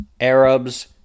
Arabs